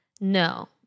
no